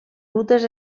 rutes